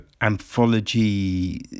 anthology